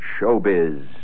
showbiz